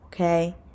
Okay